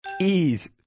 ease